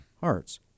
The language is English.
hearts